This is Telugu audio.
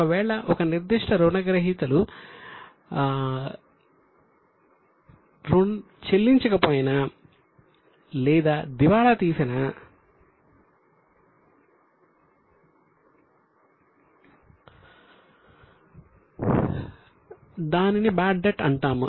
ఒకవేళ ఒక నిర్దిష్ట రుణగ్రహీత చెల్లించకపోయినా లేదా దివాళా తీసినా దానిని బాడ్ డెట్ అంటాము